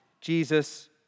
Jesus